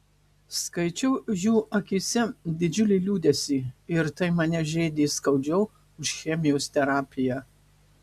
skaičiau jų akyse didžiulį liūdesį ir tai mane žeidė skaudžiau už chemijos terapiją